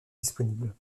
disponibles